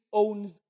owns